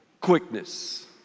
quickness